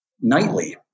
nightly